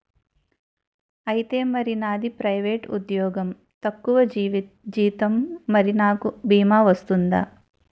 ఐతే మరి నాది ప్రైవేట్ ఉద్యోగం తక్కువ జీతం మరి నాకు అ భీమా వర్తిస్తుందా?